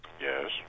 Yes